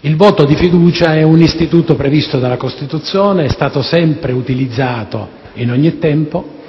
Il voto di fiducia è un istituto previsto dalla Costituzione, è stato sempre utilizzato, in ogni tempo;